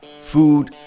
food